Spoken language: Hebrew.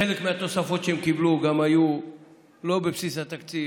חלק מהתוספות שהם קיבלו היו לא בבסיס התקציב.